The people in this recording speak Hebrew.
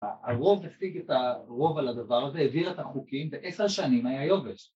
‫הרוב השיג את הרוב על הדבר הזה, ‫העביר את החוקים, ‫בעשר שנים היה יובש.